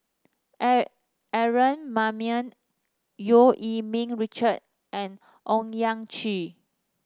Aaron Maniam Eu Yee Ming Richard and Owyang Chi